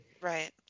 Right